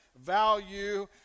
value